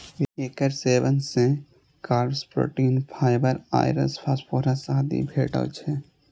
एकर सेवन सं carbs, protein, fibre, आयरस, फास्फोरस आदि भेटै छै